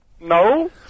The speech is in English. No